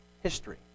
history